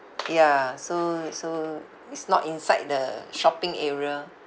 ya so so it's not inside the shopping area